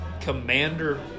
commander